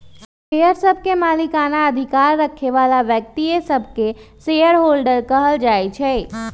share सभके मलिकना अधिकार रखे बला व्यक्तिय सभके शेयर होल्डर कहल जाइ छइ